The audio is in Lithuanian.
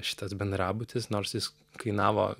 šitas bendrabutis nors jis kainavo